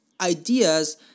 Ideas